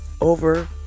over